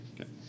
Okay